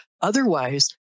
Otherwise